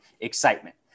excitement